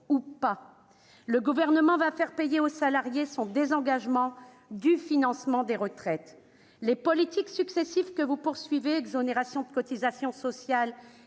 ou pas. Le Gouvernement va faire payer aux salariés son désengagement du financement des retraites. Les politiques successives que vous poursuivez- exonération de cotisations sociales